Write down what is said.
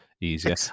Easier